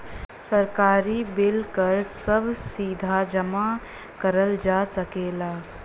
सरकारी बिल कर सभ सीधा जमा करल जा सकेला